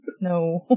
no